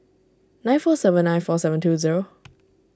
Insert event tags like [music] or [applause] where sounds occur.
nine four seven nine four seven two zero [noise]